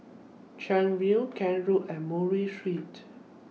Chuan View Kent Road and Murray Street